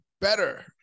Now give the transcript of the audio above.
better